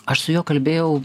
aš su juo kalbėjau